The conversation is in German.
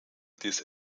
des